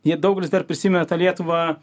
jie daugelis dar prisimena tą lietuvą